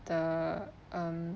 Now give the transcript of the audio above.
the um